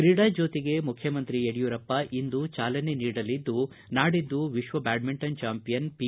ಕ್ರೀಡಾ ಜ್ಕೋತಿಗೆ ಮುಖ್ಯಮಂತ್ರಿ ಯಡಿಯೂರಪ್ಪ ಇಂದು ಚಾಲನೆ ನೀಡಲಿದ್ದು ನಾಡಿದ್ದು ವಿಶ್ವ ಬ್ಯಾಡ್ಮಿಂಟನ್ ಚಾಂಪಿಯನ್ ಪಿ